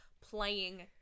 playing